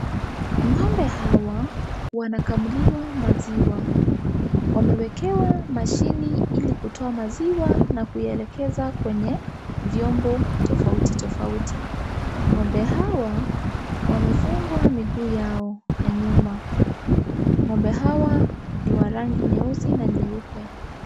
Ng'ombe hawa wanakamuliwa maziwa. Wamewekewa mashine ili kutoa maziwa na kuelekeza kwenye vyombo tofauti tofauti. Ng'ombe hawa wamefungwa miguu yao ya nyuma. Ng'ombe hawa ni wa rangi nyeusi na nyeupe.